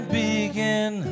begin